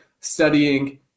studying